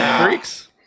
freaks